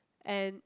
and